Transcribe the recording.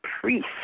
priest